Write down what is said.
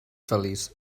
feliç